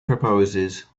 proposes